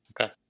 Okay